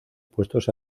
puestos